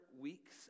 weeks